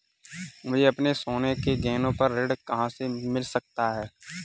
मुझे अपने सोने के गहनों पर ऋण कहाँ से मिल सकता है?